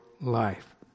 life